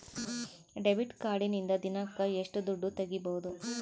Debit ಕಾರ್ಡಿನಿಂದ ದಿನಕ್ಕ ಎಷ್ಟು ದುಡ್ಡು ತಗಿಬಹುದು?